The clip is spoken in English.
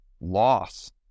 loss